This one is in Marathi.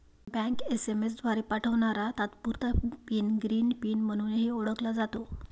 बँक एस.एम.एस द्वारे पाठवणारा तात्पुरता पिन ग्रीन पिन म्हणूनही ओळखला जातो